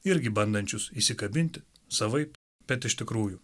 irgi bandančius įsikabinti savaip bet iš tikrųjų